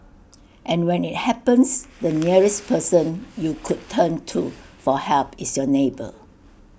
and when IT happens the nearest person you could turn to for help is your neighbour